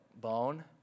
bone